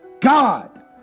God